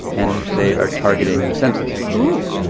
and they are targeting the census ooh.